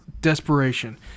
desperation